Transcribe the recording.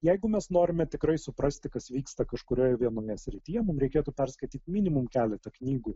jeigu mes norime tikrai suprasti kas vyksta kažkurioje vienoje srityje mum reikėtų perskaityti minimum keletą knygų